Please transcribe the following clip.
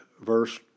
verse